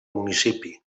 municipi